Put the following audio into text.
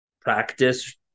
practice